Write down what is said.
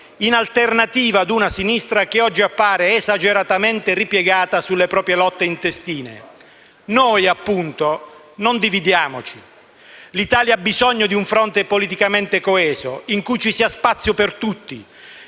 in alternativa ad una sinistra che oggi appare esageratamente ripiegata sulle proprie lotte intestine. Noi, appunto, non dividiamoci. L'Italia ha bisogno di un fronte politicamente coeso, in cui ci sia spazio per tutti,